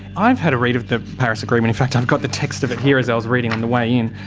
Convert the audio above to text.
i've had a read of the paris agreement, in fact i've got the text of it here as i was reading on the way in.